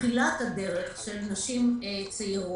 בתחילת הדרך של נשים צעירות.